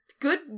Good